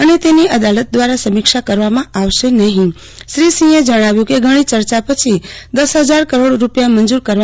અને તેની અદાલત દ્વારા સમીક્ષા કરવામાં આવશે નહીં શ્રી સિંહએ જજ્જાવ્યું કે ઘણી ચર્ચા પછી દસ હજાર કરોડ રૂપિયા મંજૂર કરવામાં આવ્યા છે